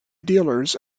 dealers